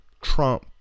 Trump